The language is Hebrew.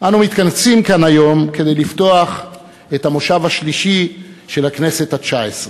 אנו מתכנסים כאן היום כדי לפתוח את המושב השלישי של הכנסת התשע-עשרה.